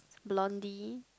lonely